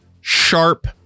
sharp